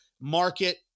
market